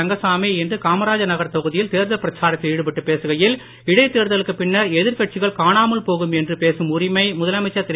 ரங்கசாமி இன்று காமராஜர் நகர் தொகுதியில் தேர்தல் பிரச்சாரத்தில் ஈடுபட்டுப் பேசுகையில் இடைத்தேர்தலுக்குப் பின்னர் எதிர்கட்சிகள் காணாமல் போகும் என்று பேசும் உரிமை முதலமைச்சர் திரு